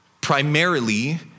primarily